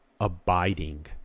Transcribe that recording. Abiding